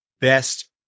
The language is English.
best